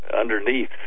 underneath